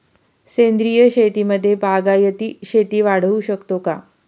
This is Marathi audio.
सेंद्रिय शेतीमध्ये बागायती शेती वाढवू शकतो का?